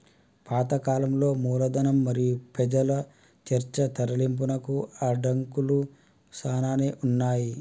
పాత కాలంలో మూలధనం మరియు పెజల చర్చ తరలింపునకు అడంకులు సానానే ఉన్నాయి